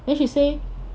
then she say